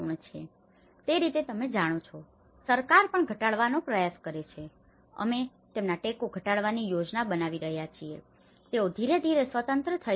તેથી તે રીતે તમે જાણો છો સરકાર પણ ઘટાડવાનો પ્રયાસ કરે છે અમે તેમના ટેકો ઘટાડવાની યોજના બનાવી રહ્યા છીએ કે તેઓ ધીરે ધીરે સ્વતંત્ર થઈ શકે